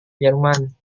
jerman